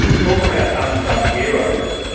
talk about unsung heroes.